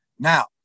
Now